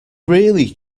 really